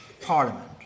Parliament